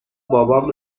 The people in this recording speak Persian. بابام